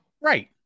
right